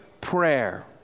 prayer